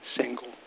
single